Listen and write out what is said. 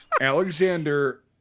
Alexander